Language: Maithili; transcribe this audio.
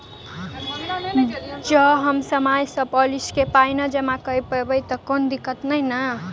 जँ हम समय सअ पोलिसी केँ पाई नै जमा कऽ पायब तऽ की कोनो दिक्कत नै नै?